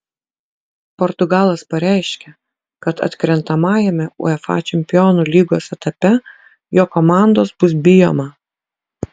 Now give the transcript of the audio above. portugalas pareiškė kad atkrentamajame uefa čempionų lygos etape jo komandos bus bijoma